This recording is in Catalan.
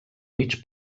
mig